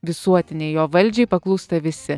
visuotiniai jo valdžiai paklūsta visi